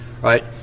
right